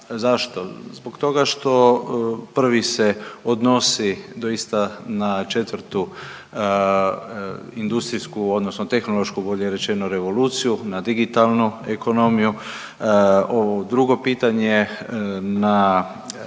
Zašto? Zbog toga što prvi se odnosi doista na četvrtu industrijsku odnosno tehnološku bolje rečeno revoluciju, na digitalnu ekonomiju. Ovo drugo pitanje na